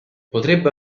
potrebbe